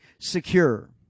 secure